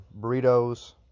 burritos